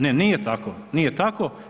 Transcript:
Ne, nije tako, nije tako.